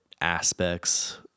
aspects